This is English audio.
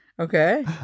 Okay